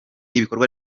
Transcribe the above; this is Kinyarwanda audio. ibikorwa